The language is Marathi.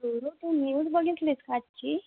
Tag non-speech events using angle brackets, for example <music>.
<unintelligible> तू न्यूज बघितलीस का आजची